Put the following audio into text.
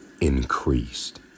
increased